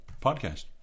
podcast